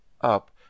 up